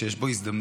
שיש בו הזדמנויות,